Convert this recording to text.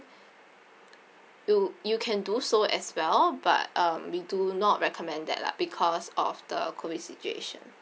you you can do so as well but um we do not recommend that lah because of the COVID situation